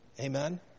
Amen